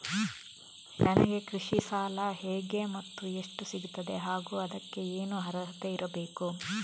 ನನಗೆ ಕೃಷಿ ಸಾಲ ಹೇಗೆ ಮತ್ತು ಎಷ್ಟು ಸಿಗುತ್ತದೆ ಹಾಗೂ ಅದಕ್ಕೆ ಏನು ಅರ್ಹತೆ ಇರಬೇಕು?